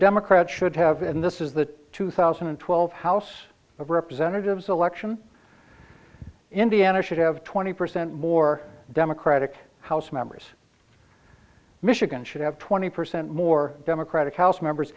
democrats should have and this is the two thousand and twelve house of representatives election indiana should have twenty percent more democratic house members michigan should have twenty percent more democratic house members